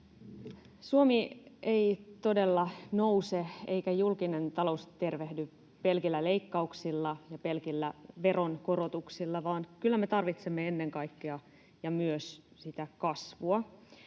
Suomi ei todella nouse eikä julkinen talous tervehdy pelkillä leikkauksilla ja pelkillä veronkorotuksilla, vaan kyllä me tarvitsemme ennen kaikkea ja myös sitä kasvua.